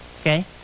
okay